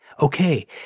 Okay